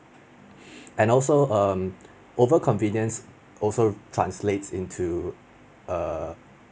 and also um over convenience also translate into err